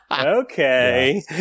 Okay